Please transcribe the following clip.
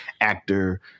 actor